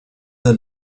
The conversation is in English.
the